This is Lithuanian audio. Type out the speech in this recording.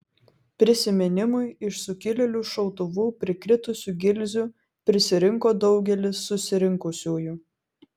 prisiminimui iš sukilėlių šautuvų prikritusių gilzių prisirinko daugelis susirinkusiųjų